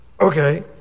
Okay